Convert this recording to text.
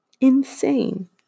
Insane